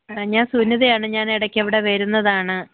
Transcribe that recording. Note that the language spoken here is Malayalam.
അ ഞാൻ സുനിതയാണ് ഞാൻ ഇടയ്ക്ക് അവിടെ വരുന്നതാണ്